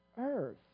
earth